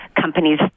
companies